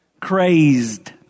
crazed